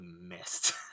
missed